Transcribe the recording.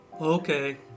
Okay